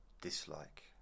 dislike